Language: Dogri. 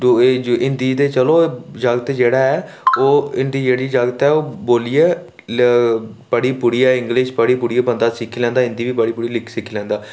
एह् हिंदी ते चलो जागत् जेह्ड़ा ऐ ओह् हिंदी जेह्ड़ी जागत ऐ ओह् बोलियै गै पढ़ियै इंगलिश पढ़ियै गै बंदा सिक्खी लैंदा बंदा हिंदी बी सिक्खी लैंदा